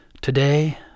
Today